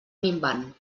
minvant